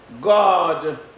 God